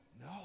No